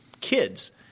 kids